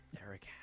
Eric